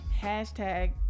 Hashtag